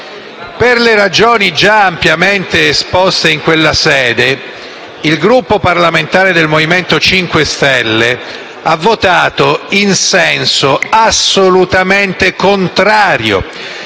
Per le ragioni già ampiamente esposte in quella sede, il Gruppo parlamentare del Movimento 5 Stelle ha votato in senso assolutamente contrario,